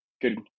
good